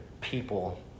people